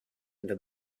into